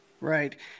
Right